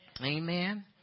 Amen